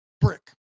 brick